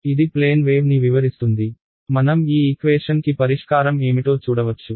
ఇది plane wave ని వివరిస్తుంది మనం ఈ ఈక్వేషన్ కి పరిష్కారం ఏమిటో చూడవచ్చు